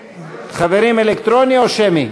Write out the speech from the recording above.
חברים, אלקטרוני או שמי?